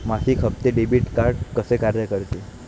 मासिक हप्ते, डेबिट कसे कार्य करते